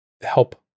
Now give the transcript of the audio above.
help